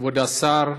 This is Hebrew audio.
כבוד השר,